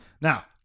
Now